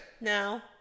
No